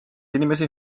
inimesi